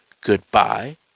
goodbye